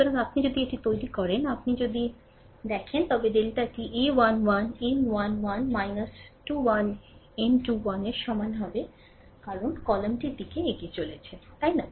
সুতরাং আপনি যদি এটি তৈরি করেন আপনি যদি এটি তৈরি করেন তবে আপনি যদি দেখেন তবে ডেল্টাটি a1 1 m 1 1 21 m 21 এর সমান হবে কারণ কলামটির দিকে এগিয়ে চলেছে তাই না